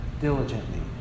diligently